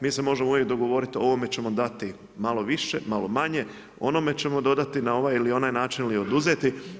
Mi se možemo uvijek dogovoriti ovome ćemo dati malo više, malo manje, onome ćemo dodati na ovaj ili onaj način ili oduzeti.